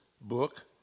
book